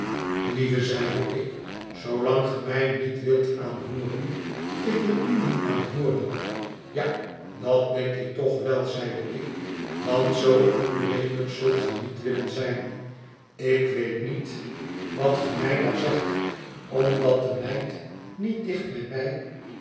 lieve zeide ik zoolang ge mij niet wilt aanhooren ik wil u niet aanhooren ja dat denk ik toch wel zeide ik want zoo onredelijk zult ge niet willen zijn ik weet niet wat ge mij daar zegt omdat de meid niet dicht bij mij